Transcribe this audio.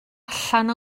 allan